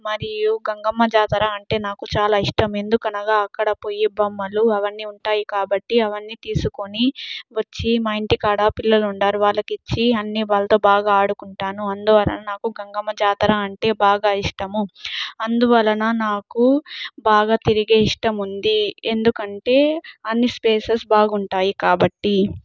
మరియు గంగమ్మ జాతర అంటే నాకు చాలా ఇష్టం ఎందుకు అనగా అక్కడ కొయ్యి బొమ్మలు అవన్నీ ఉంటాయి కాబట్టి అవన్నీ తీసుకొని వచ్చి మా ఇంటి కాడ పిల్లలు ఉండారు వాళ్లకి ఇచ్చి అన్ని వాళ్ళతో బాగా ఆడుకుంటాను అందువలన నాకు గంగమ్మ జాతర అంటే బాగా ఇష్టము అందువలన నాకు బాగా తిరిగే ఇష్టముంది ఎందుకంటే అన్ని ప్లేసెస్ బాగుంటాయి కాబట్టి